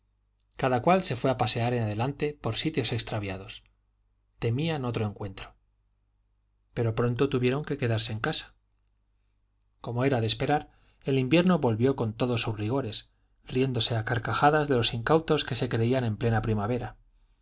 cada cual se fue a pasear en adelante por sitios extraviados temían otro encuentro pero pronto tuvieron que quedarse en casa como era de esperar el invierno volvió con todos sus rigores riéndose a carcajadas de los incautos que se creían en plena primavera